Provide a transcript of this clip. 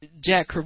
Jack